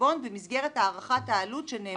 בחשבון במסגרת הערכת העלות שנאמרה כאן.